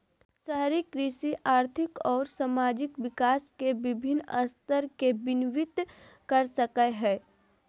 शहरी कृषि आर्थिक अउर सामाजिक विकास के विविन्न स्तर के प्रतिविंबित कर सक हई